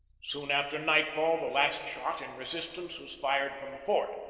soon after night fall the last shot in resistance was fired from the fort.